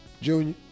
Junior